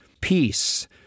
peace